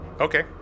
Okay